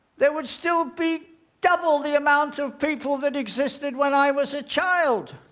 there would still be double the amount of people that existed when i was a child!